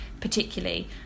particularly